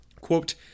Quote